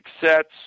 sets